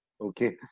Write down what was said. Okay